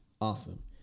Awesome